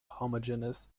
homogeneous